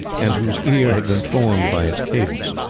and whose ear had been formed by its cadence.